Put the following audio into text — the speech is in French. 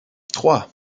trois